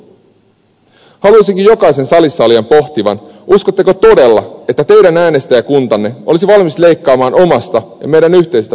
haluaisinkin jokaisen salissa olijan pohtivan uskotteko todella että teidän äänestäjäkuntanne olisi valmis leikkaamaan omasta ja meidän yhteisestä perusturvallisuudestamme